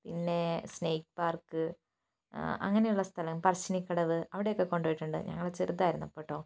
പിന്നെ snake park അങ്ങനെയുള്ള സ്ഥലം പറശ്ശിനിക്കടവ് അവിടെയൊക്കെ കൊണ്ടുപോയിട്ടുണ്ട് ഞങ്ങൾ ചെറുതായിരുന്നപ്പോൾ കേട്ടോ